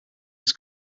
was